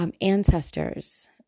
Ancestors